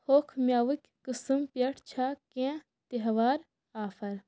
ہوٚکھ مٮ۪وٕکۍ قٕسٕم پٮ۪ٹھ چھا کینٛہہ تیٚہوار آفر